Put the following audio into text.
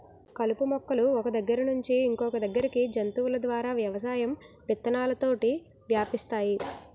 కలుపు మొక్కలు ఒక్క దగ్గర నుండి ఇంకొదగ్గరికి జంతువుల ద్వారా వ్యవసాయం విత్తనాలతోటి వ్యాపిస్తాయి